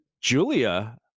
Julia